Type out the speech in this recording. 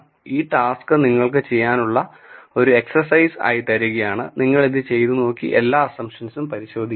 ഈ ടാസ്ക് നിങ്ങള്ക്ക് ചെയ്യാനുള്ള ഒരു എക്സർസൈസ് ആയി തരികയാണ് നിങ്ങൾ ഇത് ചെയ്തുനോക്കി എല്ലാ അസംപ്ഷൻസും പരിശോധിക്കുക